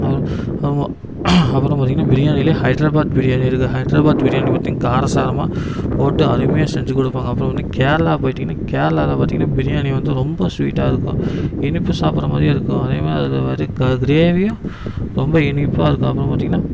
ஆமா அப்புறம் பார்த்தீங்கன்னா பிரியாணில ஹைட்ராபாத் பிரியாணி இருக்கு ஹைட்ராபாத் பிரியாணி பார்த்தீங்ன்னா கார சாரமாக போட்டு அருமையாக செஞ்சு கொடுப்பாங்க அப்புறம் வந்து கேரளா போயிவிட்டிங்கன்னா கேரளாவில பார்த்தீங்கன்னா பிரியாணி வந்து ரொம்ப ஸ்வீட்டாக இருக்கும் இனிப்பு சாப்பிடுற மாதிரியே இருக்கும் அதே மாரி அதில் ஒரு மாதிரி க பிரியாணியும் ரொம்ப இனிப்பாக இருக்கும் அப்புறம் பார்த்தீங்கன்னா